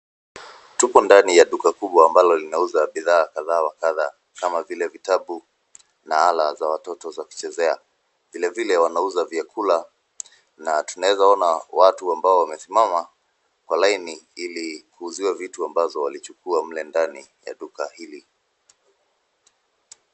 Tuko ndani ya duka kubwa ambalo linauza bidhaa kadhaa wa kadhaa kama vile vitabu na ala za watoto za kuchezea. Vile vile wanauza vyakula na tunaweza ona watu ambao wamesimama kwa laini ili kuuziwa vitu ambazo walichukua mle ndani ya duka hili.